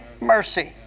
mercy